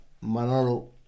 Manolo